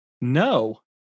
No